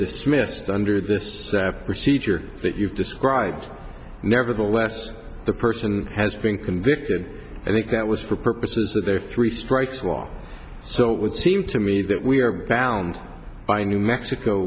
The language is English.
dismissed under this procedure that you've described nevertheless the person has been convicted i think that was for purposes of their three strikes law so it would seem to me that we are bound by new mexico